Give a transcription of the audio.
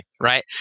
right